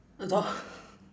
a dog